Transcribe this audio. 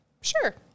Sure